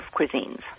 cuisines